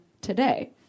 today